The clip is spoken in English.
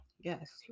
yes